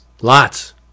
Lots